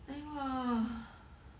then !wah!